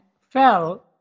fell